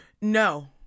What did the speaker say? No